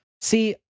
See